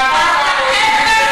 אתה אפס מאופס.